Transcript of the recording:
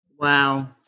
Wow